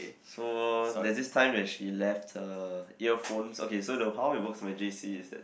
so there's this time when she left her earphones okay so the how it works my j_c is that